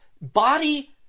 body